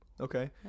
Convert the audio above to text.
okay